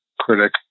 Critic